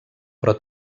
però